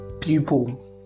people